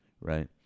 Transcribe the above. Right